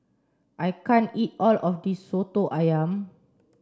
I can't eat all of this Soto Ayam